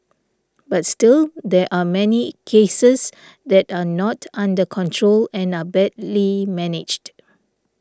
but still there are many cases that are not under control and are badly managed